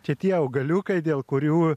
čia tie augaliukai dėl kurių